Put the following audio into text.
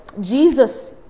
Jesus